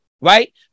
right